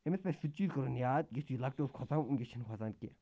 أمِس پزِ سُہ چیٖز کَرُن یاد یُس یہِ لۄکٹہِ اوس کھۄژان وُنک۪س چھِنہٕ کھۄژان کینٛہہ